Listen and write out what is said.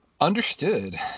Understood